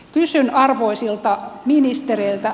kysyn arvoisilta ministereiltä